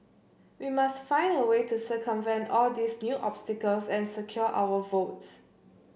we must find a way to circumvent all these new obstacles and secure our votes